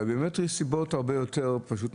בביומטרי יש סיבות מקצועיות.